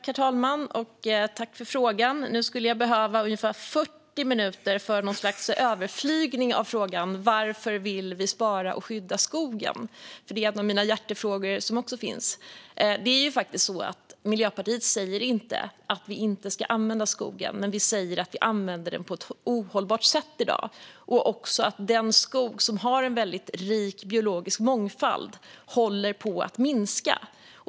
Herr talman! Nu skulle jag behöva ungefär 40 minuter för ge något slags översikt av frågan varför vi vill spara och skydda skogen, för detta är en av mina hjärtefrågor. Miljöpartiet säger inte att man inte ska använda skogen, men vi säger att den i dag används på ett ohållbart sätt och att den skog som har en rik biologisk mångfald håller på att minska.